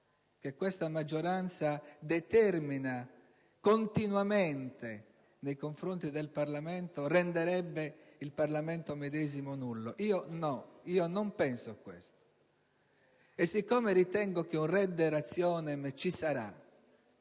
che questa maggioranza determina continuamente nei confronti del Parlamento renderebbe il Parlamento medesimo nullo. Io non lo penso e siccome ritengo che un *redde rationem* ci sarà